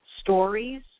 stories